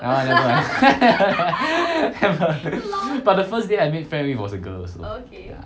ah never mind but the first day I made friend with was a girl also ya